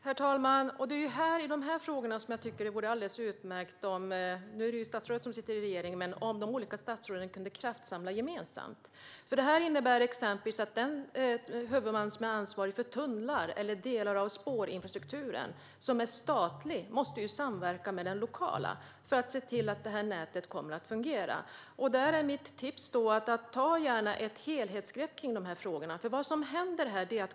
Herr talman! Det vore alldeles utmärkt om de olika statsråden tillsammans kunde kraftsamla i dessa frågor. Detta innebär exempelvis att den statliga huvudman som är ansvarig för tunnlar eller delar av spårinfrastrukturen måste samverka med den lokala för att se till att detta nät kommer att fungera. Mitt tips är att man gärna tar ett helhetsgrepp om dessa frågor.